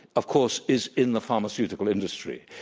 of course, is in the pharmaceutical industry.